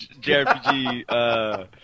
JRPG